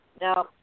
Now